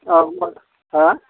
औ होमब्ला हा